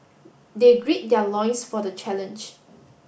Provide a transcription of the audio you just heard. they grid their loins for the challenge